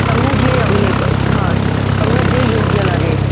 તમને જે અવેલેબલ હા તમને જે યોગ્ય લાગે એ